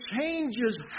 changes